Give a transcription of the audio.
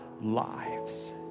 lives